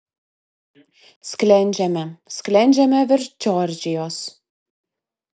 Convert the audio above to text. sklendžiame sklendžiame virš džordžijos